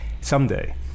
someday